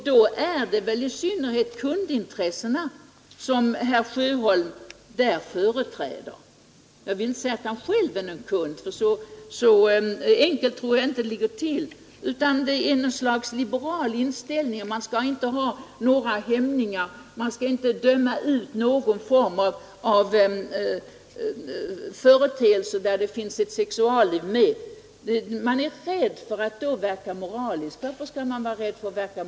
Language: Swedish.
Då är det väl i synnerhet kundintressena som herr Sjöholm företräder. Jag vill inte säga att han själv är kund — så enkelt tror jag inte att det ligger till — utan det är något slags liberal inställning: man skall inte ha några hämningar, man skall inte döma ut någon företeelse i sexuallivet. Man är rädd för att då verka moralisk. Varför skall man vara rädd för det?